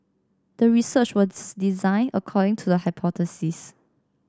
the research was designed according to the hypothesis